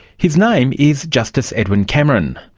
his name is justice edwin cameron.